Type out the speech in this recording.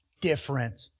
Different